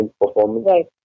performance